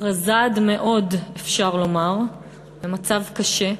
רזה עד מאוד, אפשר לומר, במצב קשה,